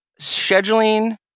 scheduling